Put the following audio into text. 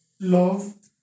love